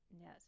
Yes